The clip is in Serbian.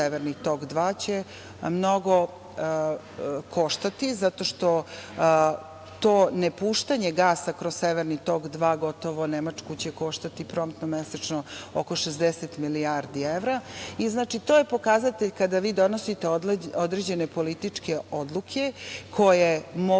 je „Severni tok 2“, će mnogo koštati zato što to ne puštanje gasa kroz „Severni tok 2“ gotovo Nemačku će koštati promptno mesečno oko 60 milijardi evra i to je pokazatelj kada vi donosite određene političke odluke koje mogu